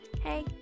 Hey